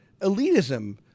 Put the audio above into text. elitism—